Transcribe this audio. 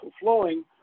flowing